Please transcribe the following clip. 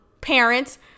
parents